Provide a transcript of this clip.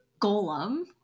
golem